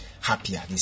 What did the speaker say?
happier